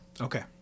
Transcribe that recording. Okay